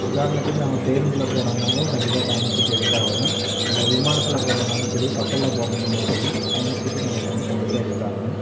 உதாரணத்துக்கு நம்ம பேருந்தில் போகிறன்னாலும் கண்டிப்பாக பயணச்சீட்டு எடுத்தாகணும் இல்லை விமானத்தில் போகிறன்னாலும் சரி கப்பலில் போகிறன்னாலும் சரி பயணச்சீட்டு நமக்கு வந்து கண்டிப்பாக எடுத்தாகணும்